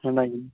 ହେଲା କି